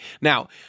Now